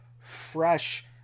fresh